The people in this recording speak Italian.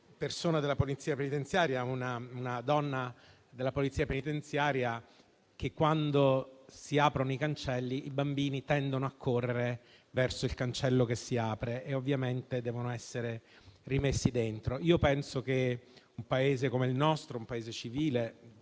genere. Mi diceva una donna della Polizia penitenziaria che, quando si aprono i cancelli, i bambini tendono a correre verso il cancello che si apre, ma ovviamente devono essere rimessi dentro. Io penso che un Paese come il nostro, un Paese civile,